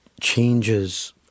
changes